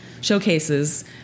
showcases